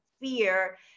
fear